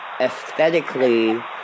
aesthetically